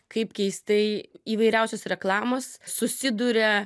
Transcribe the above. kaip keistai įvairiausios reklamos susiduria